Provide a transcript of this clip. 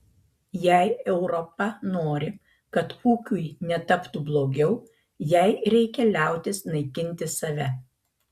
jei europa nori kad ūkiui netaptų blogiau jai reikia liautis naikinti save